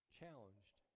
challenged